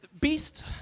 Beast